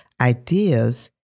Ideas